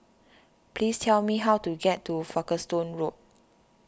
please tell me how to get to Folkestone Road